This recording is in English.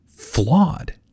Flawed